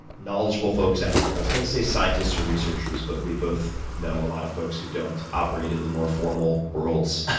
knowledgeable folks out there i was going to say scientists or researchers, but we both know a lot of folks who don't operate in the more formal worlds.